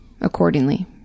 accordingly